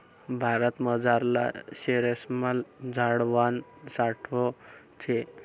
भारतमझारला शेरेस्मा झाडवान सावठं शे